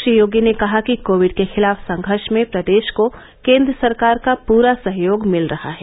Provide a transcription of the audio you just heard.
श्री योगी ने कहा कि कोविड के खिलाफ संघर्ष में प्रदेश को केन्द्र सरकार का पूरा सहयोग मिल रहा है